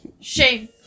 shame